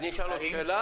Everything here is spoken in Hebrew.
אני אשאל עוד שאלה.